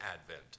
advent